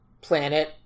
planet